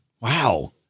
Wow